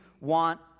want